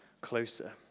closer